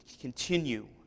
continue